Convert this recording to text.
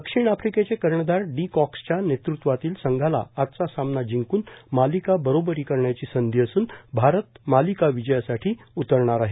दक्षिण आफ्रिकेचे कर्णधार डी कॉक्सच्या नेतृत्वातील संघाला आजचा सामना जिंकून मालिका बरोबरी करण्याची संधी असून भारत मालिका विजयासाठी उतरणार आहे